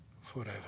forever